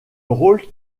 rôle